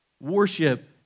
worship